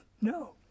No